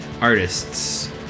artists